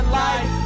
life